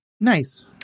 Nice